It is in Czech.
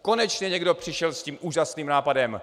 Konečně někdo přišel s tím úžasným nápadem!